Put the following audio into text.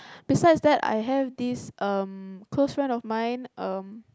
besides that I have this um close friend of mine um